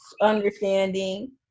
understanding